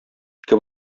ике